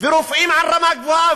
ורופאים ברמה גבוהה,